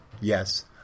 Yes